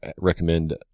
recommend